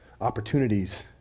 opportunities